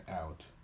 out